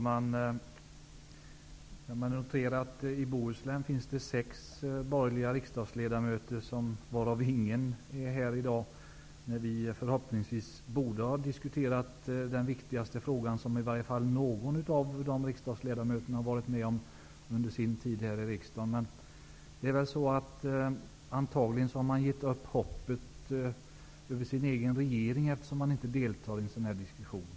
Fru talman! Det finns sex borgerliga riksdagsledamöter från Bohuslän. Ingen är här i dag, när vi borde ha diskuterat den viktigaste fråga som någon av dessa riksdagsledamöter varit med om under sin tid i riksdagen. Antagligen har de givit upp hoppet om sin egen regering, eftersom de inte deltar i denna diskussion.